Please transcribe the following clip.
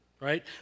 right